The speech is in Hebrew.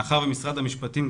משרד המשפטים,